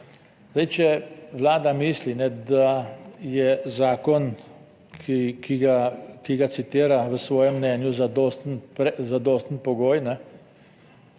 Zdaj, če Vlada misli, da je zakon, ki ga, ki ga citira v svojem mnenju, zadosten,